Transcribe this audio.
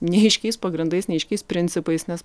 neaiškiais pagrindais neaiškiais principais nes